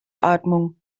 atmung